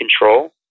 control